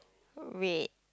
red